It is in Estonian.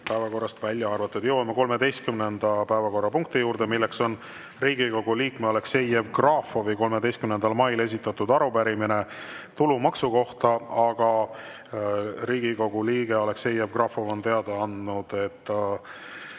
päevakorrast välja arvatud. Jõuame 13. päevakorrapunkti juurde, mis on Riigikogu liikme Aleksei Jevgrafovi 13. mail esitatud arupärimine tulumaksu kohta, aga Riigikogu liige Aleksei Jevgrafov on teada andnud, et